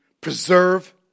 preserve